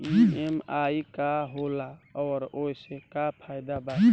EMI का होला और ओसे का फायदा बा?